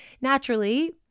Naturally